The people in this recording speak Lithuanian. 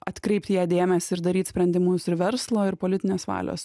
atkreipt į ją dėmesį ir daryt sprendimus ir verslo ir politinės valios